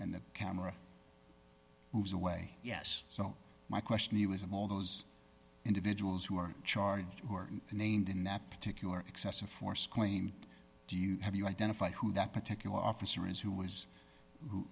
and the camera moves away yes so my question he was of all those individuals who are charged who are named in that particular excessive force claim do you have you identified who that particular officer is who was who